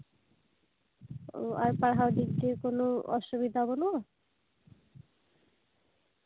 ᱚ ᱟᱨ ᱯᱟᱲᱦᱟᱣ ᱫᱤᱠ ᱫᱤᱭᱮ ᱠᱳᱱᱳ ᱚᱥᱩᱵᱤᱫᱟ ᱵᱟᱹᱱᱩᱜᱼᱟ